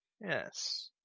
Yes